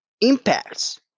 impacts